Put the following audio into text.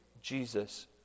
Jesus